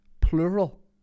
plural